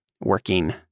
working